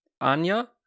Anya